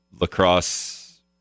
lacrosse